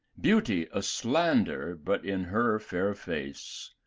beauty a slander but in her fair face,